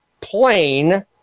plain